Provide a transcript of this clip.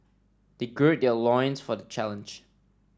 they gird their loins for the challenge